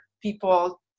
people